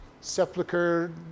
sepulcher